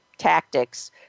Tactics